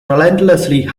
relentlessly